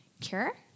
cure